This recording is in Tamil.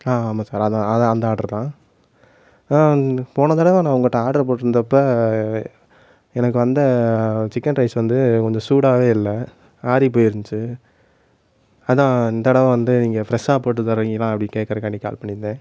ஆ ஆமாம் சார் அதுதான் அதுதான் அந்த ஆர்டர் தான் போன தடவை நான் உங்ககிட்ட ஆர்டர் போட்டிருந்தப்ப எனக்கு வந்த சிக்கன் ரைஸ் வந்து கொஞ்சம் சூடாகவே இல்லை ஆறி போயிருந்துச்சு அதுதான் இந்த தடவை வந்து நீங்கள் ஃப்ரெஷ்ஷாக போட்டு தருவிங்களா அப்படி கேட்கறதுக்காண்டி கால் பண்ணியிருந்தேன்